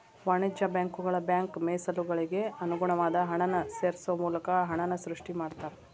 ವಾಣಿಜ್ಯ ಬ್ಯಾಂಕುಗಳ ಬ್ಯಾಂಕ್ ಮೇಸಲುಗಳಿಗೆ ಅನುಗುಣವಾದ ಹಣನ ಸೇರ್ಸೋ ಮೂಲಕ ಹಣನ ಸೃಷ್ಟಿ ಮಾಡ್ತಾರಾ